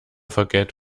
forget